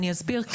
אני אסביר.